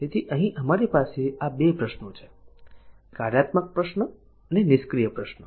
તેથી અહીં અમારી પાસે આ 2 પ્રશ્નો છે કાર્યાત્મક પ્રશ્ન અને નિષ્ક્રિય પ્રશ્ન છે